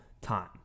time